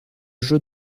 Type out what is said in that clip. jeu